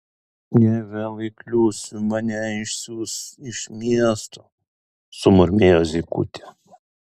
jei vėl įkliūsiu mane išsiųs iš miesto sumurmėjo zykutė